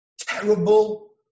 terrible